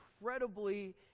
incredibly